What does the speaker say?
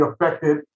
affected